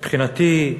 מבחינתי,